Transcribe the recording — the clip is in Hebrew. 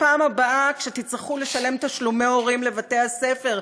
בפעם הבאה שתצטרכו לשלם תשלומי הורים לבתי-הספר,